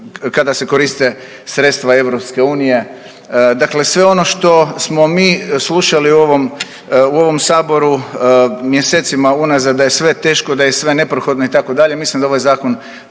kada se koriste sredstva EU. Dakle, sve ono što smo mi slušali u ovom Saboru mjesecima unazad da je sve teško, da je sve neprohodno itd.